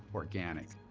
organic.